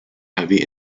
heavy